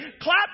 clap